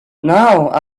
now